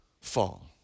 fall